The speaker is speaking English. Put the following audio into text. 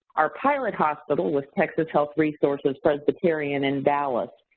our pilot hospital was texas health resources-presbyterian in dallas,